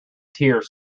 tears